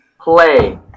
Play